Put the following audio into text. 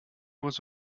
was